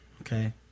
okay